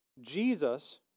Jesus